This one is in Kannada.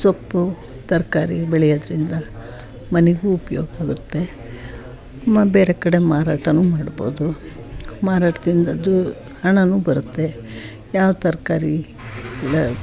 ಸೊಪ್ಪು ತರಕಾರಿ ಬೆಳೆಯೋದರಿಂದ ಮನೆಗೂ ಉಪ್ಯೋಗ ಆಗುತ್ತೆ ಮ ಬೇರೆ ಕಡೆ ಮಾರಾಟನೂ ಮಾಡ್ಬೋದು ಮಾರಾಟದಿಂದ ದು ಹಣನೂ ಬರುತ್ತೆ ಯಾವ ತರಕಾರಿ ಎಲ್ಲ